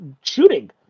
shooting